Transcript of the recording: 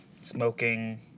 smoking